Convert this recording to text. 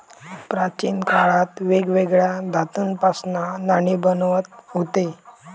प्राचीन काळात वेगवेगळ्या धातूंपासना नाणी बनवत हुते